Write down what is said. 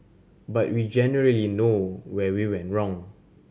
but we generally know where we went wrong